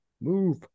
Move